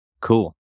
cool